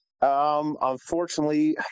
Unfortunately